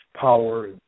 power